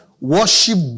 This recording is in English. Worship